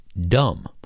dumb